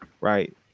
right